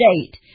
state